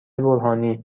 برهانی